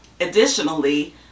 additionally